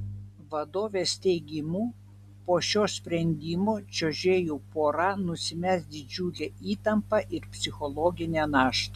vadovės teigimu po šio sprendimo čiuožėjų pora nusimes didžiulę įtampą ir psichologinę naštą